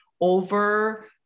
over